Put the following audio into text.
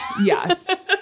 Yes